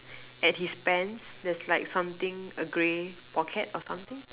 at his pants there's like something a grey pocket or something